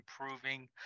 improving